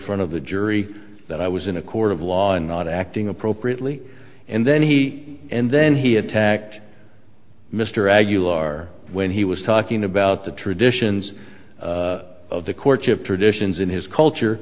front of the jury that i was in a court of law and not acting appropriately and then he and then he attacked mr aguilar when he was talking about the traditions of the courtship traditions in his culture